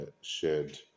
shared